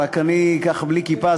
רק אני ככה בלי כיפה,